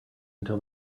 until